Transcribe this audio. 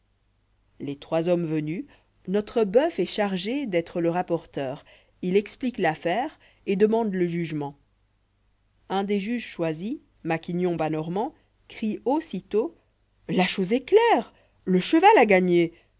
les trois hommes venus notre boeuf est chargé d'être le rapporteur il exphquê l'àffàire et'dèmande'lé jugement un des juges choisis rhaquignohbas normarid crie aussitôt yta'ch'ose est claire j le cheval a gagné